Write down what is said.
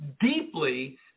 deeply